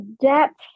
depth